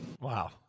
Wow